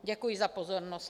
Děkuji za pozornost.